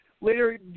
Later